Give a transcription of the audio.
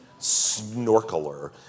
snorkeler